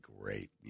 great